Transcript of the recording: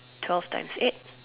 twelve times eight